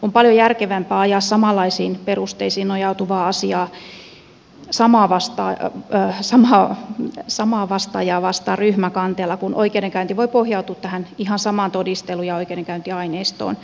on paljon järkevämpää ajaa samanlaisiin perusteisiin nojautuvaa asiaa samaa vastaajaa vastaan ryhmäkanteella kun oikeudenkäynti voi pohjautua tähän ihan samaan todistelu ja oikeudenkäyntiaineistoon